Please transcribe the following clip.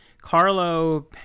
Carlo